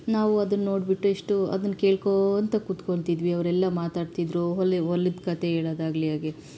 ನಾವು ಅದನ್ನು ನೋಡಿಬಿಟ್ಟು ಎಷ್ಟು ಅದನ್ನು ಕೇಳ್ಕೋಳ್ತಾ ಕುತ್ಕೊಳ್ತಿದ್ವಿ ಅವರೆಲ್ಲ ಮಾತಾಡ್ತಿದ್ದರು ಹೊಲ ಹೊಲದ ಕಥೆ ಹೇಳೋದಾಗಲಿ ಆಗಿ